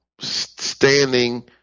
standing